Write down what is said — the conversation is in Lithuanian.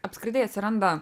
apskritai atsiranda